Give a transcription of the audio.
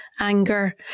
anger